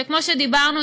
שכמו שדיברנו,